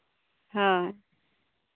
ᱦᱳᱭ